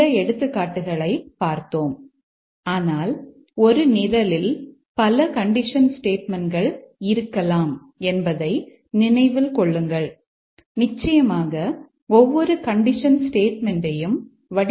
C D